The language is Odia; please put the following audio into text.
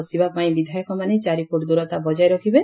ବସିବା ପାଇଁ ବିଧାୟକମାନେ ଚାରି ଫୁଟ ଦୂରତା ବଜାୟ ରଖିବେ